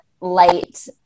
light